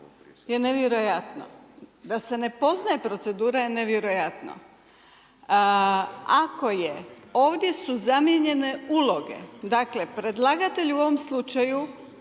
je nevjerojatno, da se ne poznaje procedura je nevjerojatno. Ako je, ovdje su zamijenjene uloge, dakle predlagatelju u ovom slučaju,